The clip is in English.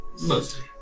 Mostly